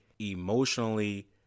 emotionally